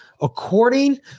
according